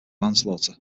manslaughter